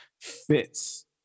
fits